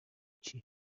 هیچی